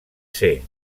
ser